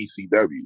ECW